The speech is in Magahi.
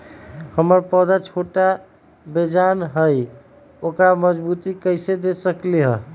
हमर पौधा छोटा बेजान हई उकरा मजबूती कैसे दे सकली ह?